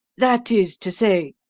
that is to say,